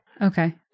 Okay